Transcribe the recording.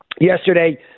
Yesterday